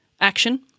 action